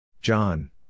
John